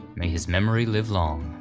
may his memory live long.